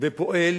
ופועל